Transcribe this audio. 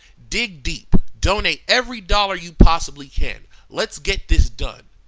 dig deep, donate every dollar you possibly can, let's get this done.